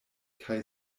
kaj